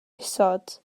isod